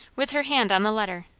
with her hand on the letter,